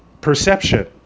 perception